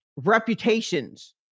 reputations